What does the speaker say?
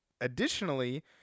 Additionally –